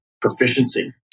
proficiency